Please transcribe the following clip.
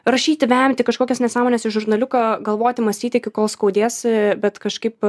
rašyti vemti kažkokias nesąmones į žurnaliuką galvoti mąstyti iki kol skaudės bet kažkaip